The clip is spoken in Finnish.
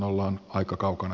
ollaan aika kaukana